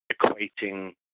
equating